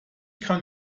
kann